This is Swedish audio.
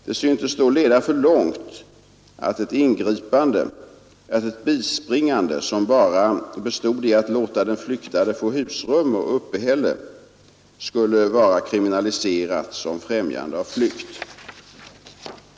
Det syntes då leda för långt att ett bispringande som bara bestod i att låta den flyktade få husrum och uppehälle skulle vara kriminaliserat som främjande av flykt.